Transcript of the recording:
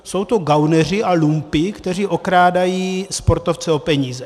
Jsou to gauneři a lumpi, kteří okrádají sportovce o peníze.